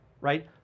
right